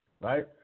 right